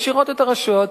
משאירה את הרשויות,